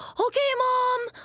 okay, mom!